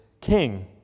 king